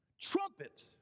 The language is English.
trumpet